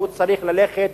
והוא צריך ללכת,